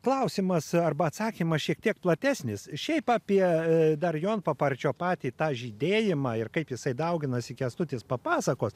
klausimas arba atsakymas šiek tiek platesnis šiaip apie dar jonpaparčio patį tą žydėjimą ir kaip jisai dauginasi kęstutis papasakos